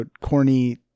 corny